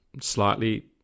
slightly